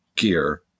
gear